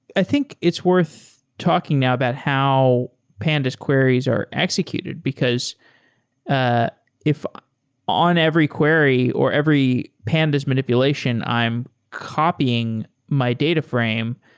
i think it's worth talking now about how pandas queries are executed, because ah if on every query or every pandas manipulation i am copying my data frame,